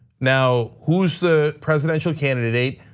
now who's the presidential candidate,